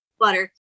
butter